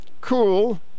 Cool